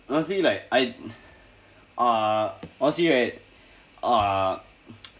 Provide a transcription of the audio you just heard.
honestly like I uh honestly right uh